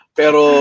pero